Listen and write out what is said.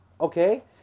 okay